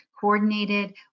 coordinated